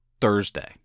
Thursday